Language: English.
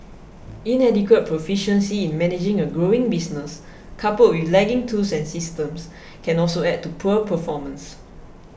inadequate proficiency in managing a growing business coupled with lagging tools and systems can also add to poor performance